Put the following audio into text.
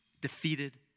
defeated